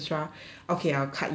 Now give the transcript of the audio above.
okay I'll cut you from there